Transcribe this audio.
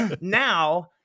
now